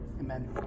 amen